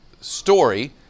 story